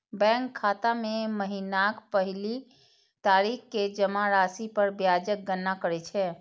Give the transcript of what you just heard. bank खाता मे महीनाक पहिल तारीख कें जमा राशि पर ब्याजक गणना करै छै